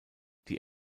die